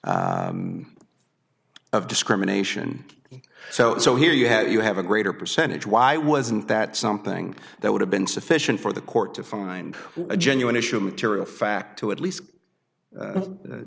of discrimination so so here you have you have a greater percentage why wasn't that something that would have been sufficient for the court to find a genuine issue of material fact to at least